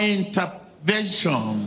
intervention